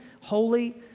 holy